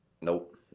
Nope